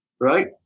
Right